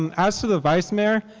um as to the vice mayor,